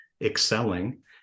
excelling